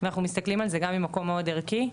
אנחנו מסתכלים על זה גם ממקום מאד ערכי.